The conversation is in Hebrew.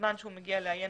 ובזמן שהוא מגיע לעיין